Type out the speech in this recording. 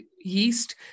yeast